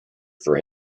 for